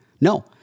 No